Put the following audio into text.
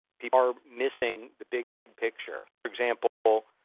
people are missing the big picture. for example,